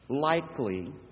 Likely